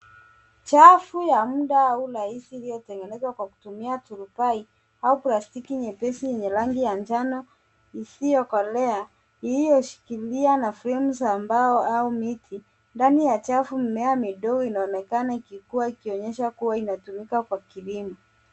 Chafu ya muda au rahisi iliyotengenezwa kwa kutumia turubai au plastiki nyepesi yenye rangi ya njano iliyokolea iliyoshikiliwa na fremu za mbao au miti. Ndani ya chafu mimea midogo inaonekana ikikua ikionyesha kuwa inatumika kwa kilimo.